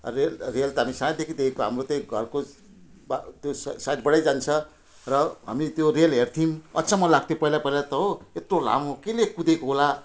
rail rail त हामी सानैदेखि देखेको हाम्रो त्यही घरको बा त्यो सा साइडबाटै जान्छ र हामी त्यो रेल हेर्थ्यौँ अचम्म लाग्थ्यो पहिला पहिला त हो यत्रो लामो केले कुदेको होला